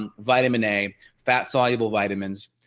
um vitamin a, fat soluble vitamins,